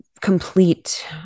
complete